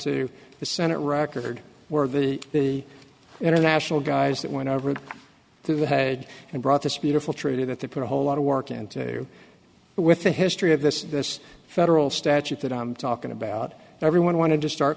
to the senate record where the the international guys that went over to the had and brought this beautiful treaty that the put a whole lot of work and to do with the history of this this federal statute that i'm talking about everyone wanted to start